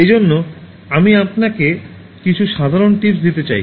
এজন্য আমি আপনাকে কিছু সাধারণ টিপস দিতে চাই